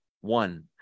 one